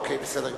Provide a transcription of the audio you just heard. אוקיי, בסדר גמור.